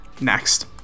Next